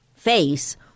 face